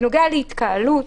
בנוגע להתקהלות,